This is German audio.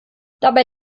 dabei